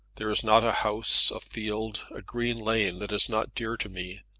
there is not a house, a field, a green lane, that is not dear to me.